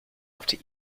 after